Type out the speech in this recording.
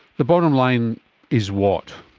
the bottom line is what?